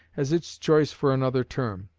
as its choice for another term.